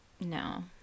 No